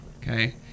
Okay